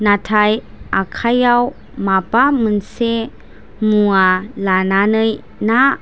नाथाय आखाइयाव माबा मोनसे मुवा लानानै ना